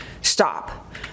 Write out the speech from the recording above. stop